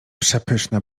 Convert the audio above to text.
przepyszna